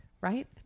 right